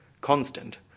constant